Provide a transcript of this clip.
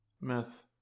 myth